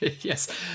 yes